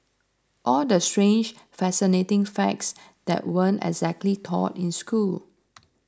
all the strange fascinating facts that weren't exactly taught in school